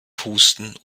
pusten